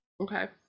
Okay